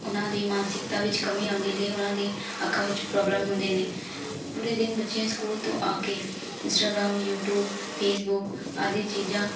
ਉਹਨਾਂ ਦੀ ਮਾਨਸਿਕਤਾ ਵਿੱਚ ਕਮੀ ਆਉਂਦੀ ਅਤੇ ਉਹਨਾਂ ਦੀ ਅੱਖਾਂ ਵਿੱਚ ਪ੍ਰੋਬਲਮ ਹੁੰਦੇ ਨੇ ਪੂਰੇ ਦਿਨ ਬੱਚੇ ਸਕੂਲ ਤੋਂ ਆ ਕੇ ਇੰਸਟਾਗ੍ਰਾਮ ਯੂਟਿਊਬ ਫੇਸਬੁੱਕ ਆਦਿ ਚੀਜ਼ਾਂ